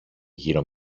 γύρω